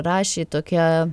rašė tokia